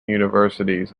universities